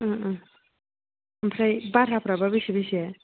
ओं ओं आमफ्राय भाराफ्राबा बेसे बेसे